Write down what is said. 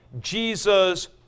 Jesus